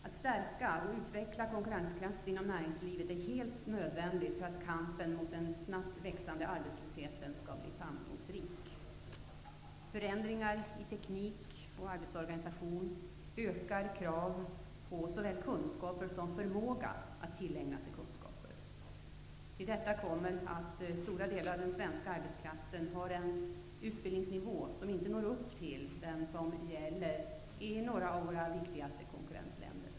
Att stärka och utveckla konkurrenskraften inom näringslivet är helt nödvändigt för att kampen mot den snabbt växande arbetslösheten skall bli framgångsrik. Förändringar i teknik och arbetsorganisation ökar krav på såväl kunskaper som förmåga att tillägna sig kunskaper. Till detta kommer att stora delar av den svenska arbetskraften har en utbildningsnivå som inte når upp till den som gäller i några av våra viktigaste konkurrentländer.